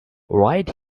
right